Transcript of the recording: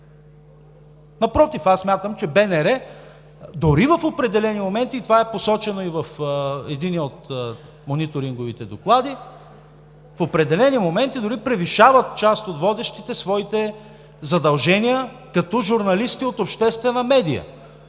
Напротив, аз смятам, че БНР дори в определени моменти, това е посочено и в единия от мониторинговите доклади, в определени моменти част от водещите дори превишават своите задължения като журналисти от обществена медия,